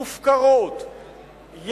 מופקרות,